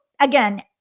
again